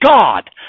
God